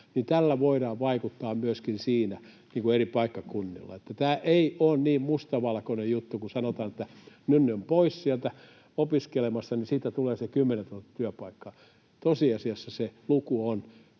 niin tällä voidaan vaikuttaa myöskin siihen eri paikkakunnilla. Tämä ei ole niin mustavalkoinen juttu, kun sanotaan, että kun nyt ne ovat pois sieltä opiskelemassa, niin siitä tulee se 10 000 työpaikkaa. Tosiasiassa se luku on